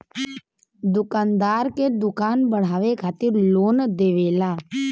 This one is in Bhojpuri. दुकानदार के दुकान बढ़ावे खातिर लोन देवेला